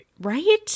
Right